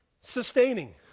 sustaining